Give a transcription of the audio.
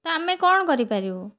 ତ ଆମେ କ'ଣ କରିପାରିବୁ